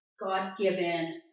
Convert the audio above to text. God-given